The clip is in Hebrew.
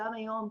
גם היום,